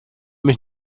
mich